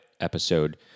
episode